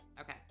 Okay